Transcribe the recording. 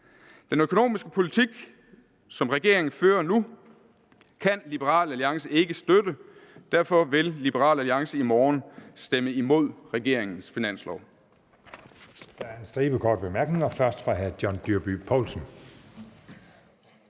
Den økonomiske politik, som regeringen fører nu, kan Liberal Alliance ikke støtte. Derfor vil Liberal Alliance i morgen stemme imod regeringens finanslov.